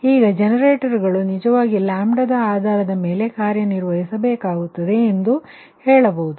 ಈಗ ಜನರೇಟರ್ಗಳು ನಿಜವಾಗಿ λ ಆಧಾರದ ಮೇಲೆ ಕಾರ್ಯನಿರ್ವಹಿಸಬೇಕಾಗಿರುತ್ತದೆ ಎಂದು ಹೇಳಬಹುದು